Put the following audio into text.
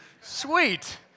Sweet